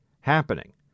happening